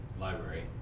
library